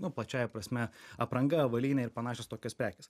nu plačiąja prasme apranga avalynė ir panašios tokios prekės